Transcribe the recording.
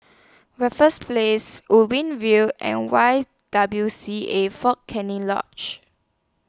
Raffles Place Ubi View and Y W C A Fort Canning Lodge